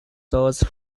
those